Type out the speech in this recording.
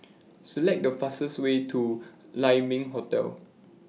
Select The fastest Way to Lai Ming Hotel